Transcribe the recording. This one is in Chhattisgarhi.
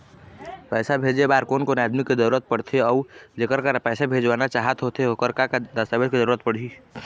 पैसा भेजे बार कोन कोन आदमी के जरूरत पड़ते अऊ जेकर करा पैसा भेजवाना चाहत होथे ओकर का का दस्तावेज के जरूरत पड़ही?